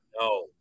No